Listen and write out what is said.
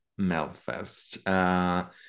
Melfest